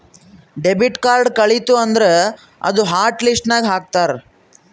debit card ಕಳಿತು ಅಂದುರ್ ಅದೂ ಹಾಟ್ ಲಿಸ್ಟ್ ನಾಗ್ ಹಾಕ್ತಾರ್